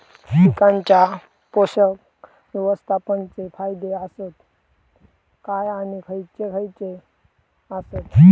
पीकांच्या पोषक व्यवस्थापन चे फायदे आसत काय आणि खैयचे खैयचे आसत?